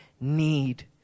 need